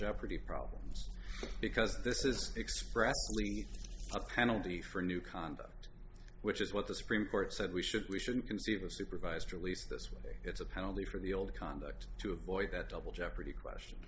jeopardy problems because this is an express penalty for new conduct which is what the supreme court said we should we shouldn't concede a supervised release this way it's a penalty for the old conduct to avoid that double jeopardy question